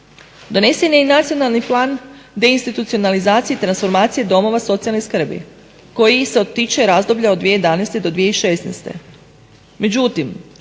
Donesen je i Nacionalni plan deinstitucionalizacije, transformacije domova socijalne skrbi koji se tiče razdoblje od 2011. do 2016.